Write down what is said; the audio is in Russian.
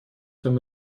вами